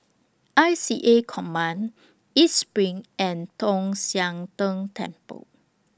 I C A Coastal Command East SPRING and Tong Sian Tng Temple